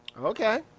Okay